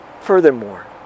Furthermore